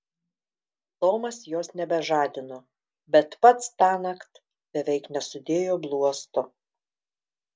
tomas jos nebežadino bet pats tąnakt beveik nesudėjo bluosto